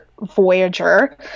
Voyager